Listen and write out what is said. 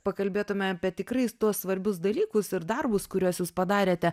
pakalbėtume apie tikrai tuos svarbius dalykus ir darbus kuriuos jūs padarėte